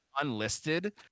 unlisted